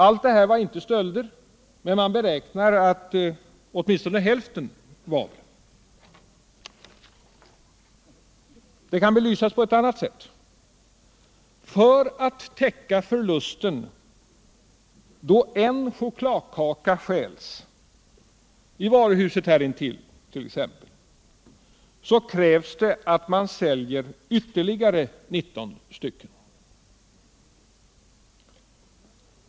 Allt detta var inte stölder, men man beräknar att kanske hälften var det. Detta kan belysas på ett annat sätt: för att täcka förlusten då en chokladkaka stjäls, t.ex. i varuhuset här intill, krävs det att man säljer ytterligare 19 chokladkakor.